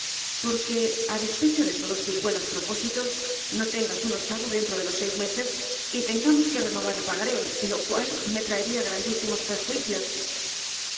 porque á despecho de todos tus buenos propósitos no tengas un ochavo dentro de los seis meses y tengamos que renovar el paga ré lo cual me traería grandísimos perjuicios